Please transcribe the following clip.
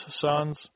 sons